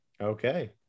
okay